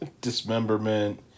Dismemberment